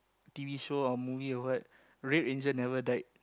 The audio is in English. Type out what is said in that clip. t_v show or movie or what red ranger never died